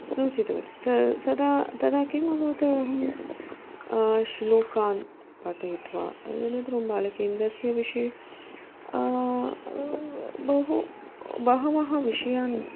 सूचितवती त सदा तदा किम् अभवत् अहं श्लोकान् पाठयित्वा तदनन्तरं बालकेन्द्रस्य विषये बहु बहवः विषयान्